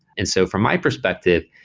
and so from my perspective,